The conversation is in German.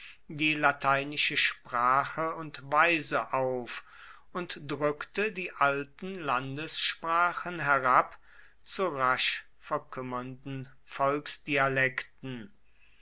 die lateinische sprache und weise auf und drückte die alten landessprachen herab zu rasch verkümmernden